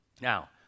Now